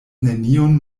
neniun